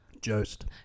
Jost